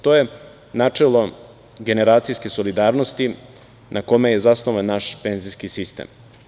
To je načelo generacijske solidarnosti na kome je zasnovan naš penzijski sistem.